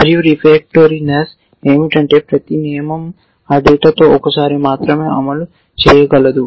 మరియు రెఫాక్టరీనేస్స్ ఏమిటంటే ప్రతి నియమం ఆ డేటాతో ఒక్కసారి మాత్రమే అమలు చేయగలదు